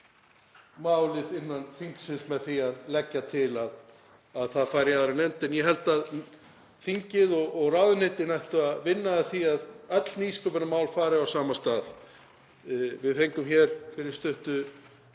málið innan þingsins með því að leggja til að það fari í aðra nefnd en ég held að þingið og ráðuneytin ættu að vinna að því að öll nýsköpunarmál fari á sama stað. Við fengum hér fyrir stuttu